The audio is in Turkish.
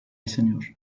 yaşanıyor